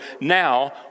now